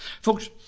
Folks